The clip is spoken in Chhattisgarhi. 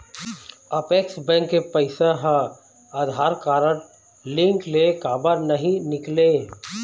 अपेक्स बैंक के पैसा हा आधार कारड लिंक ले काबर नहीं निकले?